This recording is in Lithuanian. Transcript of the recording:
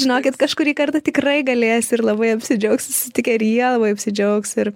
žinokit kažkurį kartą tikrai galės ir labai apsidžiaugs susitikę ir jie labai apsidžiaugs ir